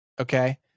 Okay